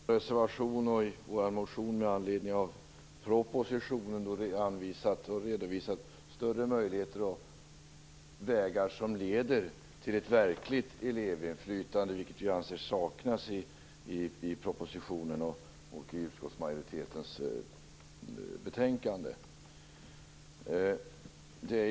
Herr talman! I vår reservation och våra motioner med anledning av propositionen har vi anvisat och redovisat större möjligheter och vägar som leder till ett verkligt elevinflytande. Det anser vi saknas i propositionen och utskottsmajoritetens betänkande.